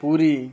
Puri